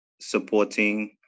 supporting